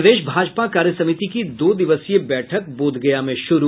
प्रदेश भाजपा कार्यसमिति की दो दिवसीय बैठक बोधगया में शुरू